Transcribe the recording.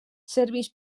serveix